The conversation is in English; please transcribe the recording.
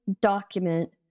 document